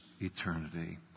eternity